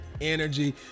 energy